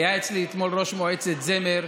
היה אצלי אתמול ראש מועצת זמר,